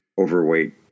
overweight